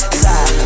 side